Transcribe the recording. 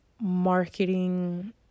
marketing